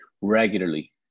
regularly